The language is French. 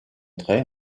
train